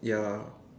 ya